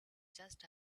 just